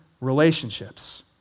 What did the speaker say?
relationships